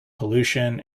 pollution